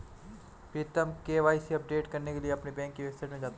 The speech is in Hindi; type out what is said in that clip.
प्रीतम के.वाई.सी अपडेट करने के लिए अपने बैंक की वेबसाइट में जाता है